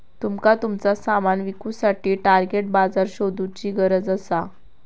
तुमका तुमचा सामान विकुसाठी टार्गेट बाजार शोधुची गरज असा